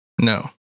No